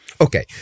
Okay